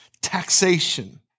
taxation